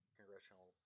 Congressional